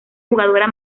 jugadora